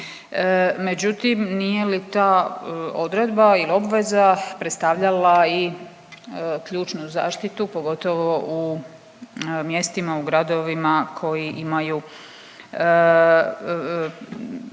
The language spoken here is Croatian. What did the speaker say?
Međutim, nije li ta odredba ili obveza predstavljala i ključnu zaštitu pogotovo u mjestima, u gradovima koji imaju